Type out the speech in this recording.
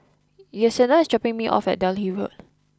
Yesenia is dropping me off at Delhi Road